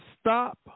stop